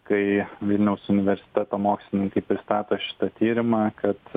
kai vilniaus universiteto mokslininkai pristato šitą tyrimą kad